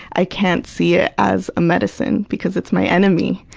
i can't see it as a medicine because it's my enemy.